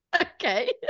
Okay